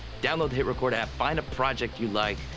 download the hitrecord app, find a project you like,